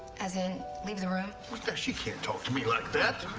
as in leave the room. what the she can't talk to me like that.